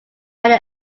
many